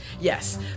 Yes